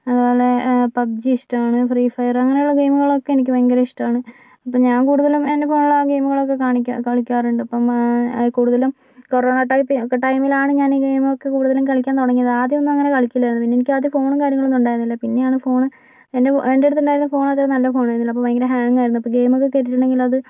അതേപോലെ പബ്ജി ഇഷ്ടാണ് ഫ്രീഫയർ അങ്ങനെയുള്ള ഗെയിമുകളൊക്കെ എനിക്ക് ഭയങ്കര ഇഷ്ടാണ് ഇപ്പോൾ ഞാൻ കൂടുതലും എൻ്റെ ഫോണിൽ ആ ഗെയിമുകളൊക്കെ കാണിക്ക കളിക്കാറുണ്ട് ഇപ്പോൾ അത് കൂടുതലും കൊറോണ ടൈപ് ടൈമിലാണ് കൂടുതലും കളിക്കാൻ തുടങ്ങിയത് ആദ്യമൊന്നും അങ്ങനെ കളിക്കില്ലായിരുന്നു പിന്നെ എനിക്കാദ്യം ഫോണും കാര്യങ്ങളൊന്നും ഉണ്ടായിരുന്നില്ല പിന്നെ ആണ് ഫോണ് എൻ്റെ എൻ്റെ അടുത്ത് ഇണ്ടായിരുന്ന ഫോണ് അത്ര നല്ല ഫോണ് ആയിരുന്നില്ല അപ്പോൾ ഭയങ്കര ഹാങാരുന്നു അപ്പോൾ ഗെയിമൊക്കെ കേറ്റിട്ടുണ്ടെങ്കിൽ അത്